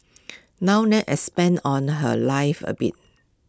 now let's expand on her life A bit